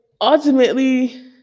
ultimately